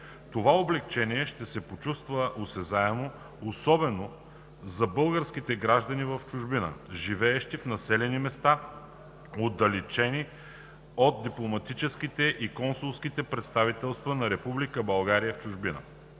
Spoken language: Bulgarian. Това облекчение ще се почувства осезаемо особено за българските граждани в чужбина, живеещи в населени места, отдалечени от дипломатическите и консулските представителства на Република